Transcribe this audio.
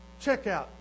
checkout